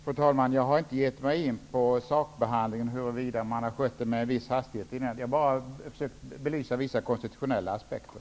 Fru talman! Jag har inte gett mig in på sakbehandlingen eller frågan om det hela har skett med någon viss hastighet. Jag har bara försökt att belysa vissa konstitutionella aspekter.